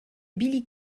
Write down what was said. billy